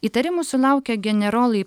įtarimų sulaukę generolai